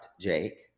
Jake